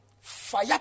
Fire